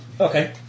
okay